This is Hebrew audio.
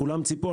כולם ציפו,